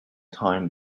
time